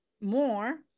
more